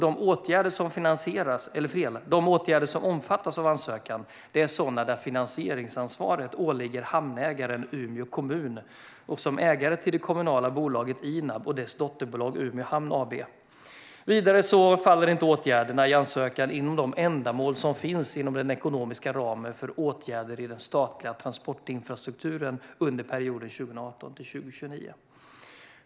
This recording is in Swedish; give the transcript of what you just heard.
De åtgärder som omfattas av ansökan är sådana där finansieringsansvaret åligger hamnägaren Umeå kommun, som ägare till det kommunala bolaget INAB och dess dotterbolag Umeå Hamn AB. Vidare faller inte åtgärderna i ansökan inom de ändamål som finns i den ekonomiska ramen för åtgärder i den statliga transportinfrastrukturen under perioden 2018-2029.